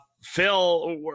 phil